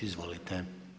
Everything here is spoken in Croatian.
Izvolite.